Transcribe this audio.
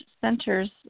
center's